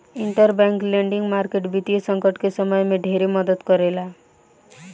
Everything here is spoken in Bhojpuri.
इंटरबैंक लेंडिंग मार्केट वित्तीय संकट के समय में ढेरे मदद करेला